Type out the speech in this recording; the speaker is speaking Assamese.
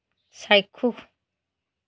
চাক্ষুষ